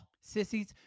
Sissies